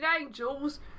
Angels